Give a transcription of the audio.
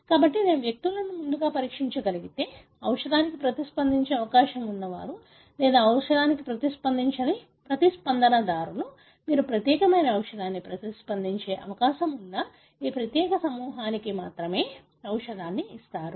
కాబట్టి నేను వ్యక్తులను ముందుగా పరీక్షించగలిగితే ఔషధానికి ప్రతిస్పందించే అవకాశం ఉన్నవారు లేదా ఔషధానికి ప్రతిస్పందించని ప్రతిస్పందనదారులు మీరు ప్రత్యేకమైన ఔషధానికి ప్రతిస్పందించే అవకాశం ఉన్న ఈ ప్రత్యేక సమూహానికి మాత్రమే ఔషధాన్ని ఇస్తారు